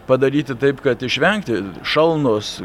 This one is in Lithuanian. padaryti taip kad išvengti šalnos